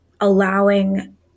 allowing